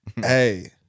hey